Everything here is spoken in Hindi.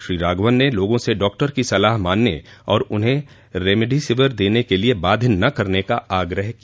श्री राघवन ने लोगों से डॉक्टर की सलाह मानने और उन्ह रेमडेसिविर देने के लिए बाध्य न करने का आग्रह किया